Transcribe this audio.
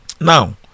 now